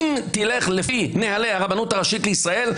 אם תלך לפי נוהלי הרבנות הראשית לישראל,